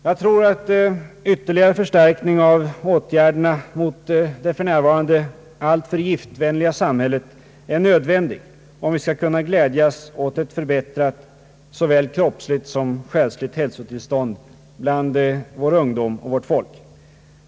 Jag tror att ytterligare förstärkning av åtgärderna mot det för närvarande alltför giftvänliga samhället är nödvändig, om vi skall kunna glädjas åt ett förbättrat såväl kroppsligt som själsligt hälsotillstånd bland vår ungdom och vårt folk.